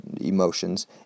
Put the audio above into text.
emotions